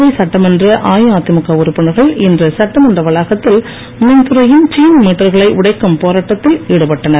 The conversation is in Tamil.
புதுவை சட்டமன்ற அஇஅதிமுக உறுப்பினர்கள் இன்று சட்டமன்ற வளாகத்தில் மின்துறையின் சீன மீட்டர்களை உடைக்கும் போராட்டத்தில் ஈடுபட்டனர்